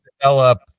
develop